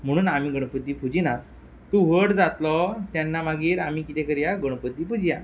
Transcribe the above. म्हुणून आमी गणपती पुजीनात तूं व्हड जातलो तेन्ना मागीर आमी कितें करया गणपती पुजया